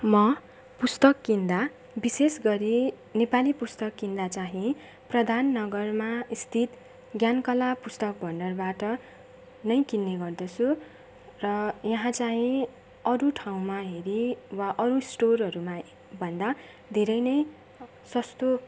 म पुस्तक किन्दा विशेष गरी नेपाली पुस्तक किन्दा चाहिँ प्रधान नगरमा अवस्थित ज्ञानकला पुस्तक भन्डारबाट नै किन्ने गर्दछु र यहाँ चाहिँ अरू ठाउँमा हेरी वा अरू स्टोरहरूमा भन्दा धेरै नै सस्तो